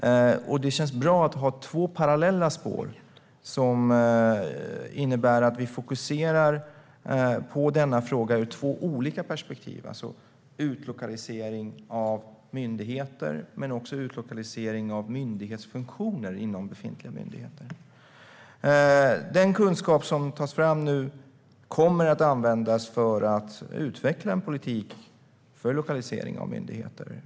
Det känns bra att ha två parallella spår. Det innebär att vi fokuserar på frågan ur två olika perspektiv, dels utlokalisering av myndigheter, dels utlokalisering av myndighetsfunktioner inom befintliga myndigheter. Den kunskap som nu tas fram kommer att användas för att utveckla en politik för lokalisering av myndigheter.